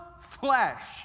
flesh